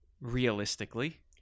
Realistically